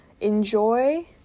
enjoy